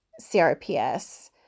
CRPS